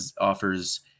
offers